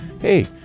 hey